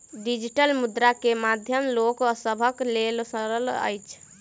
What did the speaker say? digital मुद्रा के माध्यम लोक सभक लेल सरल अछि